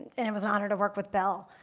and it was an honor to work with bill.